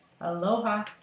Aloha